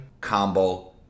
Combo